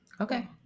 Okay